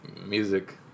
Music